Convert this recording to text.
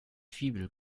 fibel